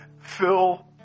Fill